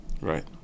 Right